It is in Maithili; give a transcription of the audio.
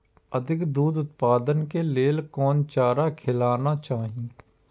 अधिक दूध उत्पादन के लेल कोन चारा खिलाना चाही?